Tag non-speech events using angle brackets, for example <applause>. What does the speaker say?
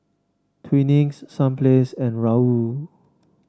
Twinings Sunplay <unintelligible> and Raoul